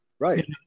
right